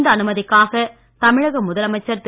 இந்த அனுமதிக்காக தமிழக முதலமைச்சர் திரு